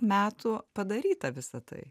metų padaryta visa tai